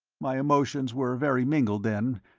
my emotions were very mingled, then,